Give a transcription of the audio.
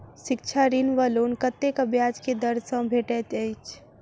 शिक्षा ऋण वा लोन कतेक ब्याज केँ दर सँ भेटैत अछि?